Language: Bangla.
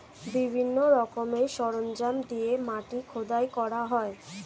বিভিন্ন রকমের সরঞ্জাম দিয়ে মাটি খোদাই করা হয়